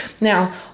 Now